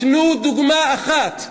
תנו דוגמה אחת.